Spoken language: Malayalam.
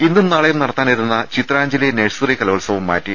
ഇന്നും നാളെയും നടത്താനിരുന്ന ചിത്രാഞ്ജലി നഴ്സറി കലോത്സവം മാറ്റി